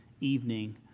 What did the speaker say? evening